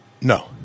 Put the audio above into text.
No